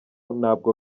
ntabwo